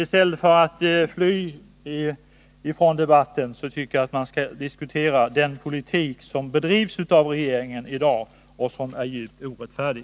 I stället för att fly ifrån debatten tycker jag att man skall diskutera den politik som bedrivs av regeringen i dag och som är djup orättfärdig.